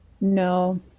no